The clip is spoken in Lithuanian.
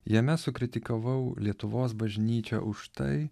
jame sukritikavau lietuvos bažnyčią už tai